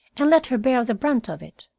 and let her bear the brunt of it.